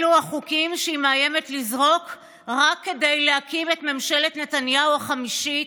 אלה החוקים שהיא מאיימת לזרוק רק כדי להקים את ממשלת נתניהו החמישית,